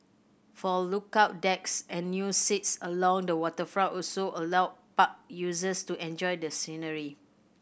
four lookout decks and new seats along the waterfront also allow park users to enjoy the scenery